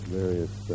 various